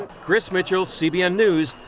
chris mitchell, cbn news,